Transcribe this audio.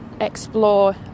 explore